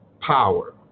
power